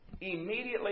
Immediately